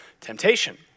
temptation